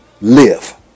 live